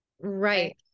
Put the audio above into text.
Right